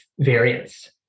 variance